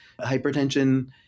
hypertension